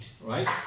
Right